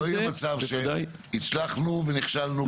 לא יהיה מצב שהצלחנו ונכשלנו.